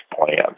plans